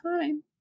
time